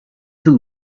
too